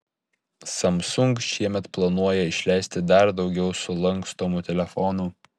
samsung šiemet planuoja išleisti dar daugiau sulankstomų telefonų